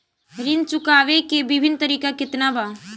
ऋण चुकावे के विभिन्न तरीका केतना बा?